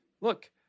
look